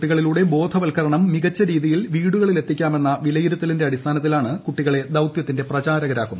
കുട്ടികളിലൂടെ ബോധവൽക്കരണം മികച്ച രീതിയിൽ വീടുകളിലെത്തിക്കാമെന്ന വിലയിരുത്തലിന്റെ അടിസ്ഥാനത്തി ലാണ് കുട്ടികളെ ദൌതൃത്തിന്റെ പ്രചാരകരാക്കുന്നത്